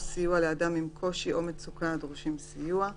סיוע לאדם עם קושי או מצוקה הדורשים סיוע,